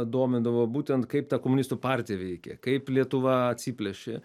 domindavo būtent kaip ta komunistų partija veikė kaip lietuva atsiplėšė